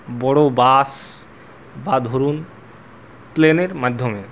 বড়ো বাস বা ধরুন প্লেনের মাধ্যমে